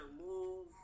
move